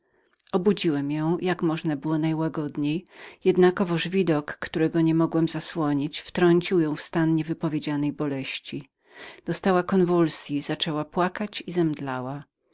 obudziłem ją jak można było najłagodniej jednakowoż widok którego niemogłem zasłonić wtrącił ją w stan niewypowiedzianej boleści dostała konwulsyi zaczęła płakać i zemdlała